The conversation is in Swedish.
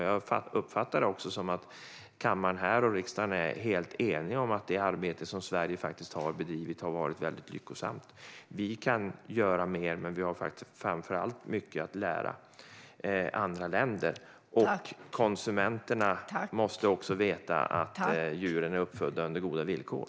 Jag uppfattar det som att kammaren och riksdagen är helt eniga om att det arbete som Sverige har bedrivit har varit lyckosamt. Vi kan göra mer, men vi har framför allt mycket att lära andra länder. Konsumenterna måste veta att djuren är uppfödda under goda villkor.